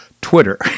Twitter